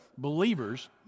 believer's